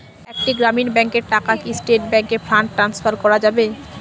একটি গ্রামীণ ব্যাংকের টাকা কি স্টেট ব্যাংকে ফান্ড ট্রান্সফার করা যাবে?